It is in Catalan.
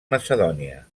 macedònia